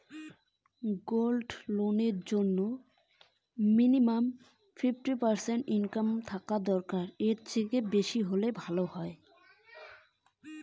Gold loan এর জইন্যে কতো টাকা ইনকাম থাকা দরকার?